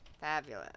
Fabulous